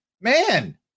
Man